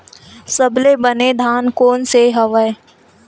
सबले बने धान कोन से हवय?